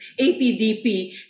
APDP